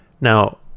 Now